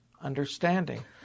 understanding